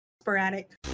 Sporadic